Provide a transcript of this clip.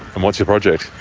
and what's your project?